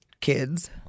kids